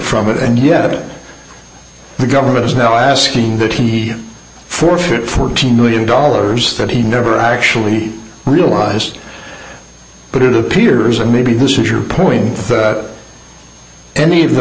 from it and yet it the government is now asking can he forfeit fourteen million dollars that he never actually realized but it appears and maybe this was your point any of the